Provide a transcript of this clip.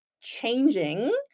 changing